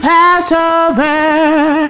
Passover